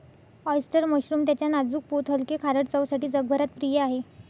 oyster mushroom त्याच्या नाजूक पोत हलके, खारट चवसाठी जगभरात प्रिय आहे